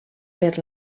per